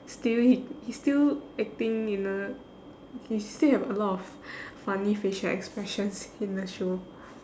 still he he still acting in the he still have a lot of funny facial expressions in the show